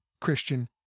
Christian